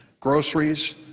groceries,